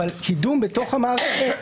אבל קידום בתוך המערכת,